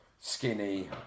skinny